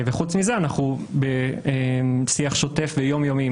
וחוץ מזה אנחנו בשיח שוטף יום-יומי עם